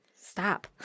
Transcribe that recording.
stop